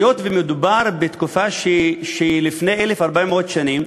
היות שמדובר בתקופה שלפני 1,400 שנים,